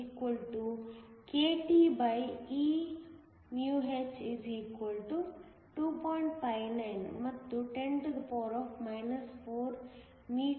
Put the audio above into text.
59 ಮತ್ತು 10 4 m2 s 1